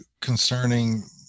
concerning